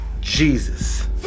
jesus